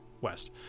west